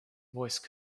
voice